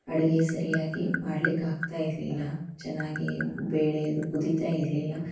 ಅಡಿಗೆ ಸರಿಯಾಗಿ ಮಾಡ್ಲಿಕ್ಕಾಗ್ತಾ ಇರಲಿಲ್ಲ ಚೆನ್ನಾಗಿ ಬೇಳೆ ಅದು ಕುದಿತಾ ಇರಲಿಲ್ಲ